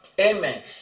Amen